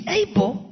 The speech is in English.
able